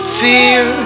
fear